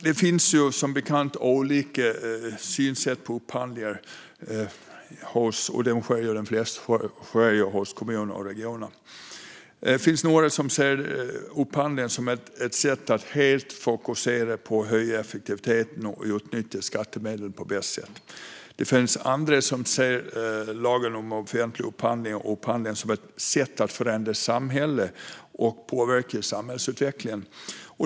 Det finns som bekant olika synsätt på upphandlingar och hur de sker i kommuner och regioner. Det finns några som ser upphandlingar som ett sätt att helt fokusera på att höja effektiviteten och att utnyttja skattemedel på bästa sätt. Det finns andra som ser lagen om offentlig upphandling och upphandlingen som ett sätt att förändra samhället och påverka samhällsutvecklingen.